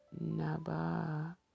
Naba